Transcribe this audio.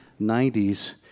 90s